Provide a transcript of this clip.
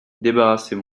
débarrassez